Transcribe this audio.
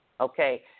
Okay